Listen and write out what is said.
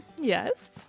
Yes